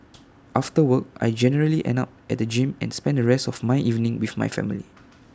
after work I generally end up at the gym and spend the rest of my evening with my family